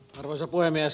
arvoisa puhemies